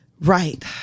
right